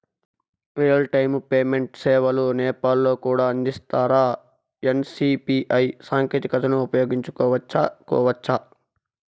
Real time payment సేవలు నేపాల్ లో కూడా అందిస్తారా? ఎన్.సి.పి.ఐ సాంకేతికతను ఉపయోగించుకోవచ్చా కోవచ్చా?